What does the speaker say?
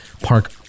park